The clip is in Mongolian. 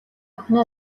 охиноо